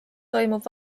toimub